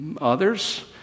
Others